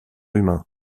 humain